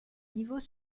niveaux